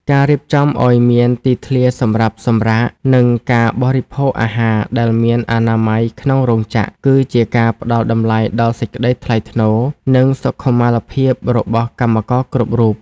ការរៀបចំឱ្យមានទីធ្លាសម្រាប់សម្រាក និងការបរិភោគអាហារដែលមានអនាម័យក្នុងរោងចក្រ គឺជាការផ្ដល់តម្លៃដល់សេចក្ដីថ្លៃថ្នូរ និងសុខុមាលភាពរបស់កម្មករគ្រប់រូប។